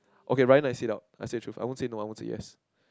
okay Ryan I sit out I say truth I won't say no I want say yes